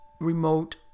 remote